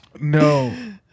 no